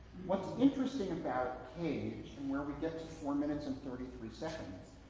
what's interesting about cage and where we get four minutes and thirty-three seconds,